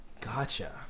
Gotcha